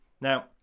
now